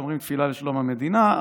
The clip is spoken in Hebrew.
אומרים תפילה לשלום המדינה,